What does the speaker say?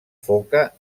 foca